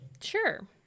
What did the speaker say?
Sure